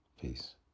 Peace